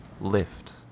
lift